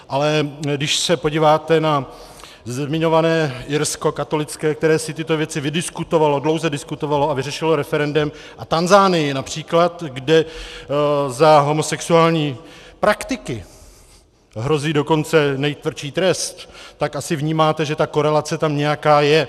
Ale když se podíváte na zmiňované Irsko, katolické, které si tyto věci vydiskutovalo, dlouze diskutovalo a vyřešilo referendem, a Tanzanii například, kde za homosexuální praktiky hrozí dokonce nejtvrdší trest, tak asi vnímáte, že ta korelace tam nějaká je.